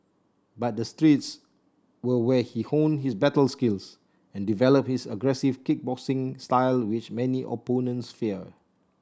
but the streets were where he honed his battle skills and developed his aggressive kickboxing style which many opponents fear